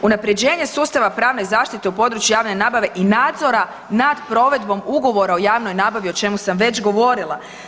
Unapređenje sustava pravne zaštite u području javne nabave i nadzora nad provedbom ugovora o javnoj nabavi o čemu sam već govorila.